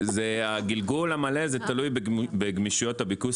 הגלגול המלא זה תלוי בגמישויות הביקוש,